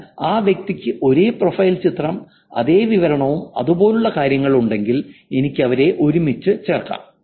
എന്നാൽ ആ വ്യക്തിക്ക് ഒരേ പ്രൊഫൈൽ ചിത്രവും അതേ വിവരണവും അതുപോലുള്ള കാര്യങ്ങളും ഉണ്ടെങ്കിൽ എനിക്ക് അവരെ ഒരുമിച്ച് ചേർക്കാം